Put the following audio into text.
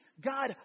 God